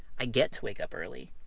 i get to wake up early.